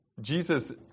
Jesus